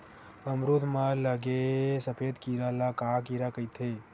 अमरूद म लगे सफेद कीरा ल का कीरा कइथे?